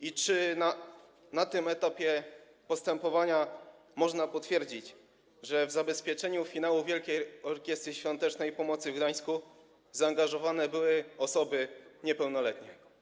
I czy na tym etapie postępowania można potwierdzić, że w zabezpieczenie finału Wielkiej Orkiestry Świątecznej Pomocy w Gdańsku zaangażowane były osoby niepełnoletnie?